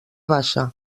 bassa